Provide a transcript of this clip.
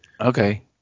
Okay